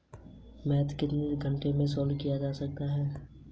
Loan देने से पहले बैंक में क्या चेक करते हैं?